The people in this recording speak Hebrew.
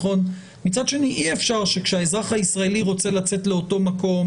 מצד שני אי אפשר שכאשר האזרח הישראלי רוצה לצאת לאותו מקום,